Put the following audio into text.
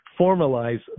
formalize